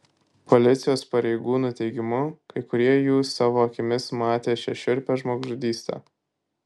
policijos pareigūnų teigimu kai kurie jų savo akimis matė šią šiurpią žmogžudystę